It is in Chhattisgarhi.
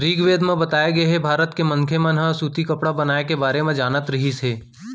ऋगवेद म बताए गे हे के भारत के मनखे मन ह सूती कपड़ा बनाए के बारे म जानत रहिस हे